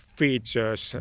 features